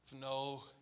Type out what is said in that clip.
no